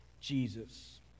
Jesus